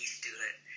student